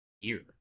year